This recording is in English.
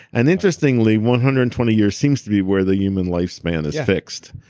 and interestingly, one hundred and twenty years seems to be where the human lifespan is fixed.